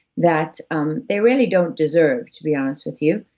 that um they really don't deserve, to be honest with you,